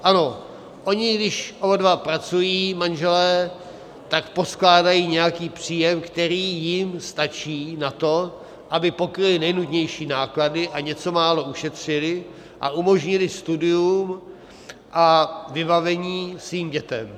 Ano, oni když oba dva pracují manželé, tak poskládají nějaký příjem, který jim stačí na to, aby pokryli nejnutnější náklady a něco málo ušetřili a umožnili studium a vybavení svým dětem.